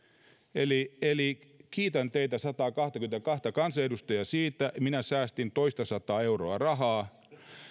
eli eli kiitän teitä sataakahtakymmentäkahta kansanedustajaa siitä että minä säästin toistasataa euroa rahaa